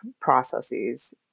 processes